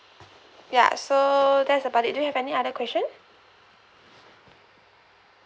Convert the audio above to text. ya so that's about it do you have any other question